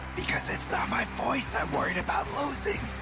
because it's not my voice i'm worried about losing.